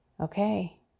Okay